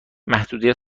محدودیت